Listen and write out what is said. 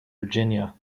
virginia